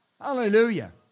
Hallelujah